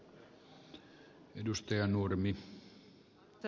arvoisa puhemies